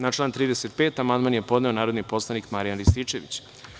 Na član 35. amandman je podneo narodni poslanik Marijan Rističević.